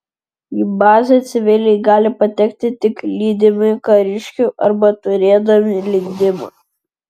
į bazę civiliai gali patekti tik lydimi kariškių arba turėdami leidimą